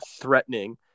threatening